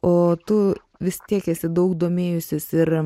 o tu vis tiek esi daug domėjusis ir